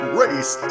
race